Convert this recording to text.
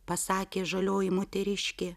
pasakė žalioji moteriškė